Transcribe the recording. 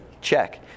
check